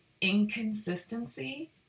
Inconsistency